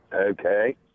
Okay